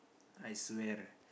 I swear